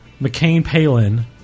McCain-Palin